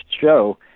show